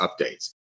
updates